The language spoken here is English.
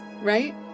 right